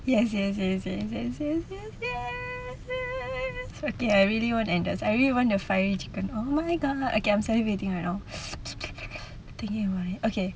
yes yes yes yes yes yes yes yes yes yes okay I really want andes I really want the fiery chicken oh my god okay I'm salivating